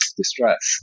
distress